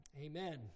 Amen